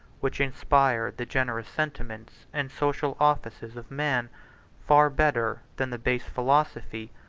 which inspired the generous sentiments and social offices of man far better than the base philosophy,